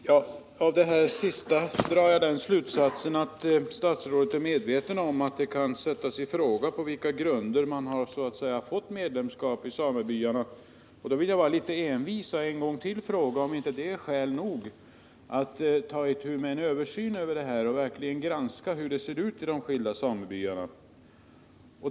Herr talman! Av det senast sagda drar jag den slutsatsen att statsrådet är medveten om att det kan sättas i fråga på vilka grunder man har fått sitt medlemskap i samebyarna. Då vill jag vara litet envis och en gång till fråga, om inte det är ett skäl nog för att göra en översyn av frågan och verkligen granska hur det ser ut i de skilda samebyarna.